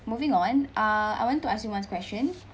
moving on uh I want to ask you one question